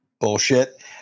bullshit